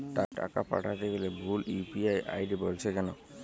টাকা পাঠাতে গেলে ভুল ইউ.পি.আই আই.ডি বলছে কেনো?